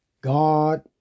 God